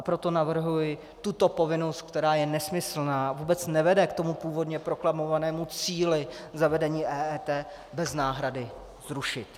Proto navrhuji tuto povinnost, která je nesmyslná, vůbec nevede k tomu původně proklamovanému cíli zavedení EET, bez náhrady zrušit.